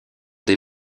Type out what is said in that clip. des